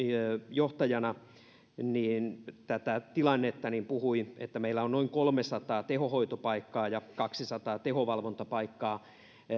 johtajana hyvin tätä tilannetta puhui että meillä on noin kolmesataa tehohoitopaikkaa ja kaksisataa tehovalvontapaikkaa